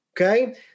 okay